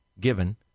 given